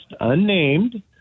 unnamed